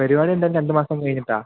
പരിപാടി എന്തായാലും രണ്ട് മാസം കഴിഞ്ഞിട്ടാണ്